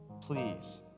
please